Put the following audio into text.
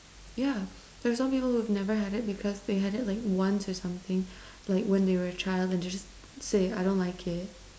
yeah for some people who never had it because they had it like once or something like when they were a child and just say I don't like it